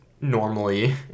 normally